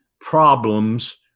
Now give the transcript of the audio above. problems